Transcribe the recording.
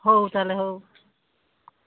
ହଉ ତା'ହେଲେ ହଉ